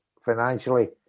financially